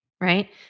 right